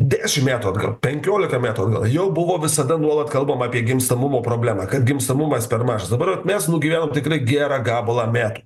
dešimt metų atgal penkiolika metų atgal jau buvo visada nuolat kalbama apie gimstamumo problemą kad gimstamumas per mažas dabar vat mes nugyvenom tikrai gerą gabalą metų